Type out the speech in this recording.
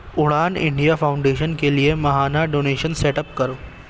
اڑان India foundation کے لیے ماہانہ ڈونیشن سیٹ اپ کرو